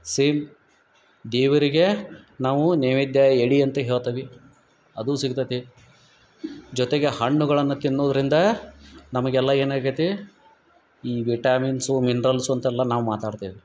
same ದೇವರಿಗೇ ನಾವೂ ನೈವೇದ್ಯ ಎಡಿ ಅಂತ ಹೇಳ್ತವಿ ಅದು ಸಿಗ್ತತಿ ಜೊತೆಗೆ ಹಣ್ಣುಗಳನ್ನ ತಿನ್ನುವುದರಿಂದ ನಮಗೆಲ್ಲ ಏನಾಗೇತಿ ಈ ವಿಟಮಿನ್ಸು ಮಿನ್ರಲ್ಸು ಅಂತೆಲ್ಲ ನಾವು ಮಾತಾಡ್ತೇವಿ